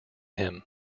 him